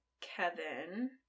kevin